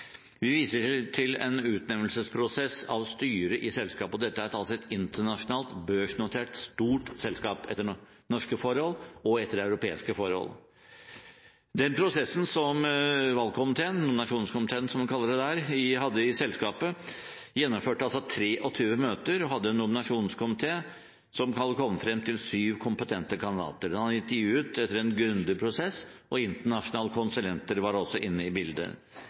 Vi viser til en utnevnelsesprosess av styret i selskapet – og dette er altså et internasjonalt, børsnotert, stort selskap etter norske og europeiske forhold – hvor valgkomiteen, eller nominasjonskomiteen, som en kaller det der, gjennomførte 23 møter. Nominasjonskomiteen hadde kommet frem til syv kompetente kandidater som var intervjuet etter en grundig prosess. Internasjonale konsulenter var også inne i bildet.